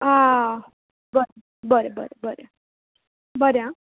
आ ब बरें बरें बरें बरें आ